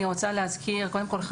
אני רוצה להזכיר: קודם כל,